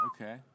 okay